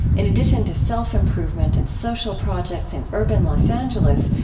in addition to self-improvement and social projects in urban los angeles,